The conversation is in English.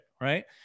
right